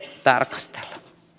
tarkastella